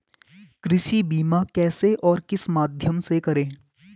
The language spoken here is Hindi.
कृषि बीमा कैसे और किस माध्यम से करें?